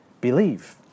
Believe